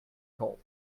colt